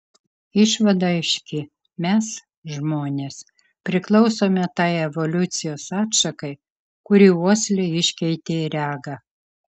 išvada aiški mes žmonės priklausome tai evoliucijos atšakai kuri uoslę iškeitė į regą